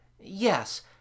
Yes